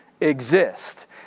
exist